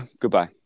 goodbye